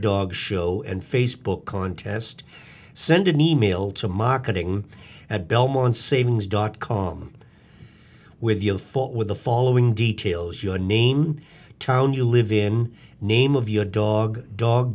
dog show and facebook contest send an e mail to marketing at belmont savings dot com with you for the following details your name town you live in name of your dog dog